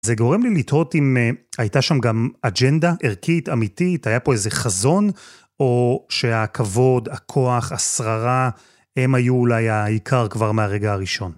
זה גורם לי לתאות אם הייתה שם גם אג'נדה ערכית, אמיתית, היה פה איזה חזון או שהכבוד, הכוח, השררה, הם היו אולי העיקר כבר מהרגע הראשון.